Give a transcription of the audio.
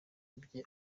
ibye